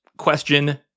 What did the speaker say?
question